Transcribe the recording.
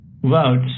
votes